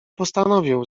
postanowił